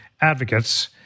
advocates